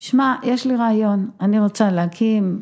‫שמע, יש לי רעיון, אני רוצה להקים...